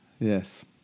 Yes